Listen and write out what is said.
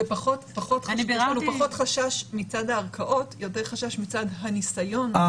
זה פחות חשש מצד הערכאות, ויותר חשש מצד הניסיון.